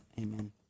amen